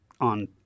on